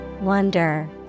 Wonder